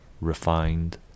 refined